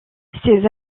ces